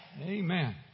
Amen